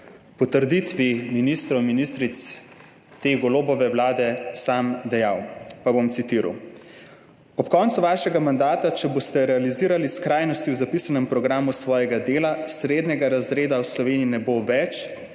potrditvi ministrov in ministric te Golobove vlade sam dejal. Pa bom citiral: »Ob koncu vašega mandata, če boste realizirali skrajnosti v zapisanem programu svojega dela, srednjega razreda v Sloveniji ne bo več